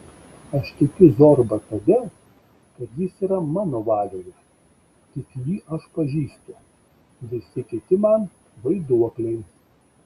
aš tikiu zorba todėl kad jis yra mano valioje tik jį aš pažįstu visi kiti man vaiduokliai